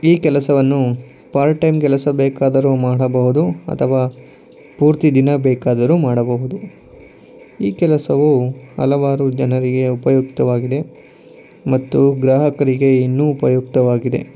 ಈ ಕೆಲಸವನ್ನು part time ಕೆಲಸ ಬೇಕಾದರೂ ಮಾಡಬಹುದು ಅಥವಾ ಪೂರ್ತಿ ದಿನ ಬೇಕಾದರೂ ಮಾಡಬಹುದು ಈ ಕೆಲಸವು ಹಲವಾರು ಜನರಿಗೆ ಉಪಯುಕ್ತವಾಗಿದೆ ಮತ್ತು ಗ್ರಾಹಕರಿಗೆ ಇನ್ನೂ ಉಪಯುಕ್ತವಾಗಿದೆ